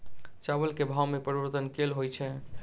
चावल केँ भाव मे परिवर्तन केल होइ छै?